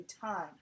time